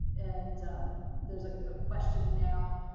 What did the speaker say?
and there's a question now